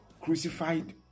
crucified